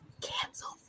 cancel